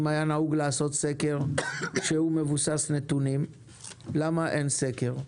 אם היה נהוג לעשות סקר שמבוסס על נתונים למה אין סקר?